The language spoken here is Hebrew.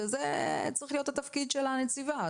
וזה צריך להיות התפקיד של הנציבה.